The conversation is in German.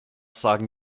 sagen